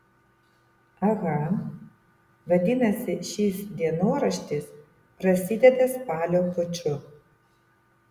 aha vadinasi šis dienoraštis prasideda spalio puču